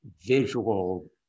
visual